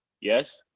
yes